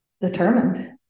determined